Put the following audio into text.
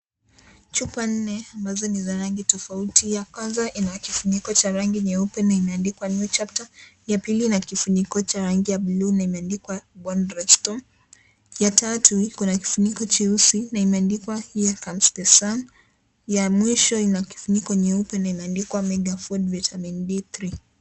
Chupa nne ambazo ni za rangi tofauti, ya kwanza ina kifuniko cha rangi nyeupe na imeandikwa New capter , ya pili ina kifuniko cha rangi ya buluu na imeandikwa Bone Restore , ya tatu iko na kifuniko cheusi na imeandikwa Here comes the sun , ya mwisho ina kifuniko nyeupe na imeandikwa Mega food vitamin D3 .